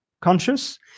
conscious